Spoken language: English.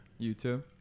YouTube